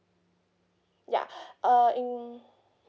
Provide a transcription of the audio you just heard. yeah uh in